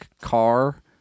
car